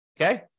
Okay